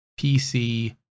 PC